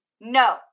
No